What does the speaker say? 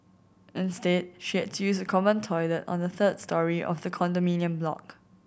instead she had to use a common toilet on the third storey of the condominium block